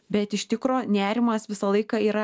bet iš tikro nerimas visą laiką yra